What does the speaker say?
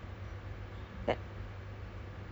but you have to think about the cost and everything